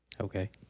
Okay